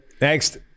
next